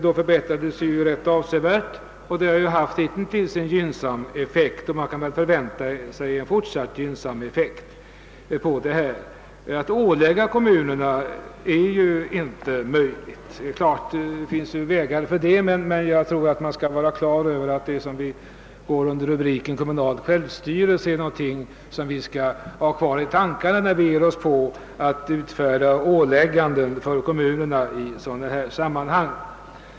De förbättrades då rätt avsevärt. Detta har hitintills haft en rätt gynnsam effekt, och man har väl anledning att räkna med att så blir fallet också i fortsättningen. Att ålägga kommunerna en viss utbyggnadstakt är inte möjligt. Visserligen finns det vägar härför, men jag tror att vi skall ha det man kallar för kommunal självstyrelse i tankarna innan vi ger oss in på att utfärda ålägganden för kommunerna i sådana här sammanhang.